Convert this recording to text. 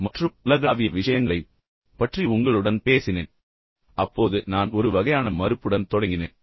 அடிப்படைகள் மற்றும் உலகளாவிய விஷயங்களைப் பற்றி உங்களுடன் பேசும்போது நான் ஒரு வகையான மறுப்புடன் தொடங்கினேன்